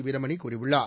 வீரமணி கூறியுள்ளார்